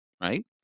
right